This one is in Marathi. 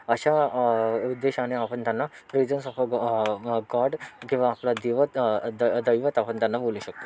अशा उद्देशाने आपण त्यांना प्रेझेन्स ऑफ गॉड किंवा आपला देवत द दैवत आपण त्यांना बोलू शकतो